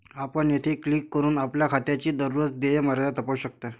आपण येथे क्लिक करून आपल्या खात्याची दररोज देय मर्यादा तपासू शकता